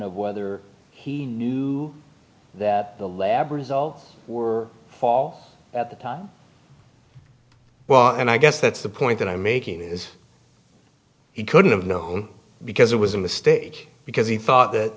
of whether he knew that the lab results were all at the time well and i guess that's the point that i'm making is he couldn't have no home because it was a mistake because he thought that